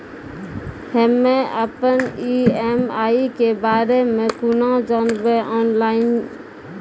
हम्मे अपन ई.एम.आई के बारे मे कूना जानबै, ऑनलाइन?